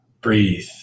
breathe